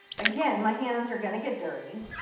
again, my hands are gonna get dirty.